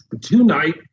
tonight